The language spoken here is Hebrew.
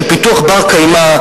של פיתוח בר-קיימא,